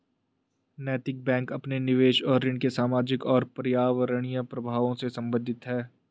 नैतिक बैंक अपने निवेश और ऋण के सामाजिक और पर्यावरणीय प्रभावों से संबंधित है